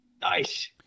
Nice